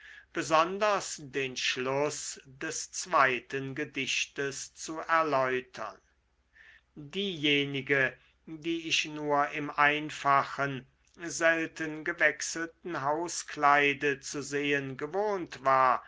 besonders den schluß des zweiten gedichtes zu erläutern diejenige die ich nur im einfachen selten gewechselten hauskleide zu sehen gewohnt war